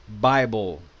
Bible